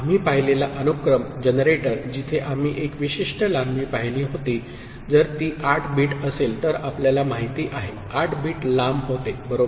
आम्ही पाहिलेला अनुक्रम जनरेटर जिथे आम्ही एक विशिष्ट लांबी पाहिली होती जर ती 8 बिट असेल तर आपल्याला माहिती आहे 8 बिट लांब होते बरोबर